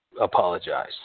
apologize